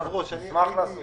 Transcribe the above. נשמח לעשות את זה.